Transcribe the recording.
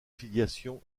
filiation